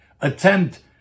attempt